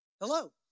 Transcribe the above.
Hello